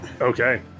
okay